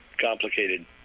complicated